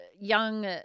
young